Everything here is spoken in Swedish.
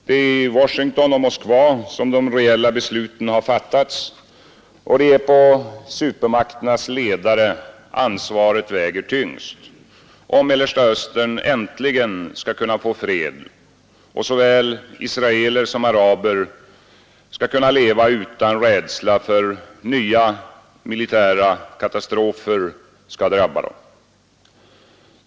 Det är i Washington och Moskva de reella besluten har fattats och det är på supermakternas ledare ansvaret väger tyngst, om Mellersta Östern äntligen skall kunna få fred och såväl israeler som araber kunna leva utan rädsla för att nya militära katastrofer skall drabba dem.